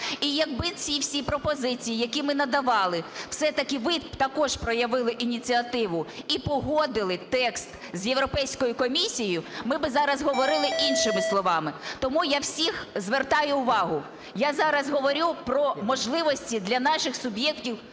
І якби ці всі пропозиції, які ми надавали, все-таки ви б також проявили ініціативу і погодили текст з Європейською комісією, ми би зараз говорили іншими словами. Тому я всіх звертаю увагу, я зараз говорю про можливості для наших суб'єктів